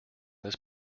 this